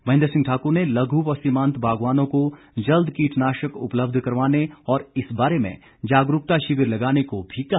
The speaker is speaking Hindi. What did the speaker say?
महेन्द्र सिंह ठाकुर ने लघु व सीमांत बागवानों को जल्द कीटनाशक उपलब्ध करवाने और इस बारे में जागरूकता शिविर लगाने को भी कहा